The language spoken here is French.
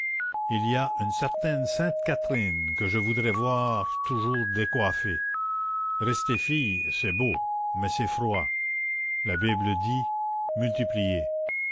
il y a une certaine sainte catherine que je voudrais voir toujours décoiffée rester fille c'est beau mais c'est froid la bible dit multipliez